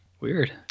Weird